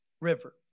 river